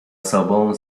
sobą